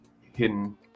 hidden